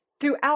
throughout